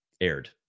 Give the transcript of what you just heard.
aired